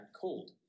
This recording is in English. cold